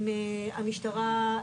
עם המשטרה,